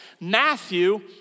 Matthew